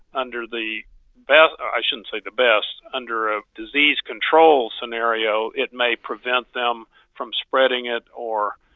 under the best i shouldn't say the best. under a disease control scenario, it may prevent them from spreading it or